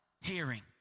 Hearing